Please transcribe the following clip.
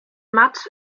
matt